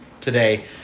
today